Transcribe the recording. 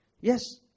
yes